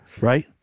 Right